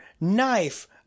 knife